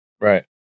Right